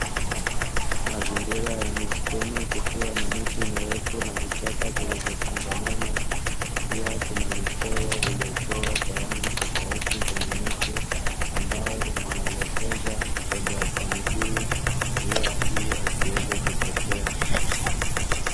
Mazingira ya msituni kukiwa na miti mirefu na vichaka vilivyofungamana, pia kuna michoro iliyochorwa kwa rangi tofauti kwenye miti ambayo inamuelekeza mtembea kwa miguu njia ili asiweze kupotea.